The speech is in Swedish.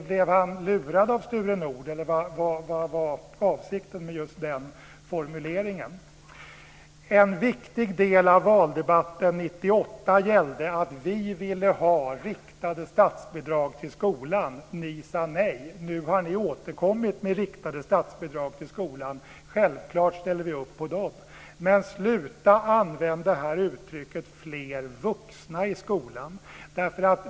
Blev han lurad av Sture Nordh, eller vad var avsikten med just den formuleringen? En viktig del av valdebatten 1998 gällde att vi ville ha riktade statsbidrag till skolan. Ni sade nej. Nu har ni återkommit med riktade statsbidrag till skolan. Självfallet ställer vi upp på dem. Men sluta använda uttrycket "fler vuxna i skolan"!